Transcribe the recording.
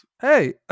Hey